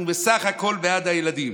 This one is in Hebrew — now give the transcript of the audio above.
אנחנו בסך הכול בעד הילדים.